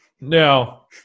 Now